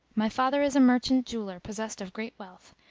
my father is a merchant-jeweller possessed of great wealth,